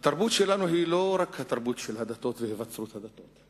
התרבות שלנו היא לא רק התרבות של הדתות והיווצרות הדתות.